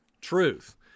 truth